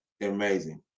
amazing